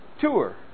tour